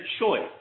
choice